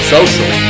Social